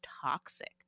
toxic